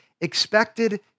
expected